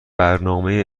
برنامه